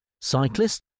cyclists